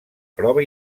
prova